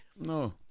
No